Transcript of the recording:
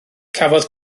cafodd